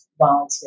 volunteer